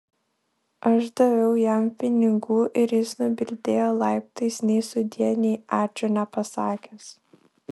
aš daviau jam pinigų ir jis nubildėjo laiptais nei sudie nei ačiū nepasakęs